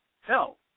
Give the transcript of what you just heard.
Hell